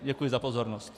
Děkuji za pozornost.